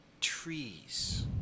trees